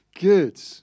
Good